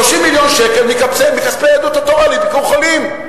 30 מיליון שקל מכספי יהדות התורה ל"ביקור חולים".